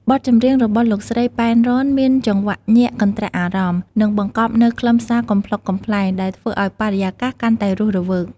បទចម្រៀងរបស់លោកស្រី ប៉ែន រ៉ន មានចង្វាក់ញាក់កន្ត្រាក់អារម្មណ៍ និងបង្កប់នូវខ្លឹមសារកំប្លុកកំប្លែង ដែលធ្វើឱ្យបរិយាកាសកាន់តែរស់រវើក។